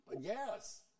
Yes